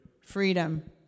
freedom